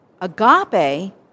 agape